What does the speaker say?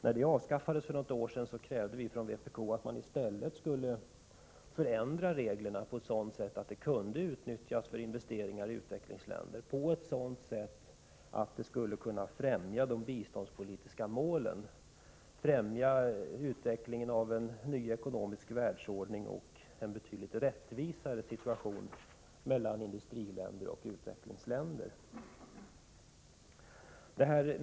När det avskaffades för något år sedan krävde vi från vpk att man i stället skulle förändra reglerna på ett sådant sätt att medlen kunde utnyttjas för investeringar i utvecklingsländer, så att de skulle kunna främja de biståndspolitiska målen, främja utvecklingen av en ny ekonomisk världsordning och medverka till en betydligt rättvisare situation mellan industriländer och utvecklingsländer.